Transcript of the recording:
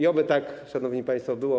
I oby tak, szanowni państwo, było.